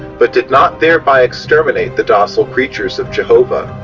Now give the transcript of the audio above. but did not thereby exterminate the docile creatures of jehovah,